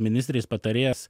ministrės patarėjas